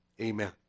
Amen